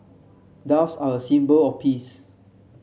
doves are a symbol of peace